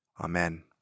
Amen